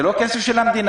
זה לא כסף של המדינה.